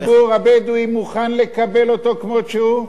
האם הציבור הבדואי מוכן לקבל אותו כמות שהוא?